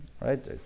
right